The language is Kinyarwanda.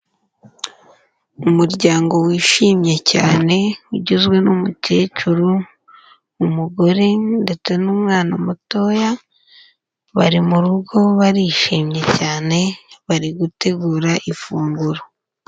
Umuryango wishimye cyane ugizwe n'umukecuru, umugore ndetse n'umwana mutoya, bari mu rugo barishimye cyane, bari gutegura ifunguro.